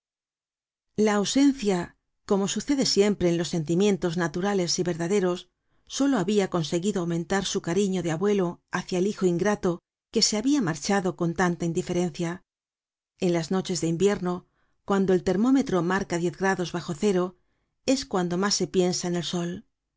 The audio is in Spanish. la ausencia como sucede siempre en los sentimientos naturales y verdaderos solo habia conseguido aumentar su cariño de abuelo hácia el hijo ingrato que se habia marchado con tanta indiferencia en las noches de invierno cuando el termómetro marca diez grados bajo cero es cuando mas se piensa en el sol